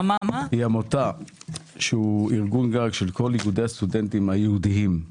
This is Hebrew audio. זה ארגון גג של כל איגודי הסטודנטים היהודיים בעולם.